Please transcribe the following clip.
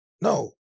No